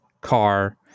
car